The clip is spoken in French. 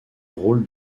rôle